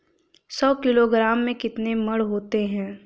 सौ किलोग्राम में कितने मण होते हैं?